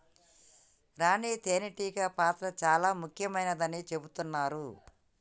రాణి తేనే టీగ పాత్ర చాల ముఖ్యమైనదని చెబుతున్నరు